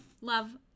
Love